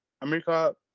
America